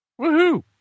Woohoo